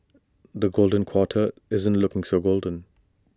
the golden quarter isn't looking so golden